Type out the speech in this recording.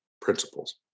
principles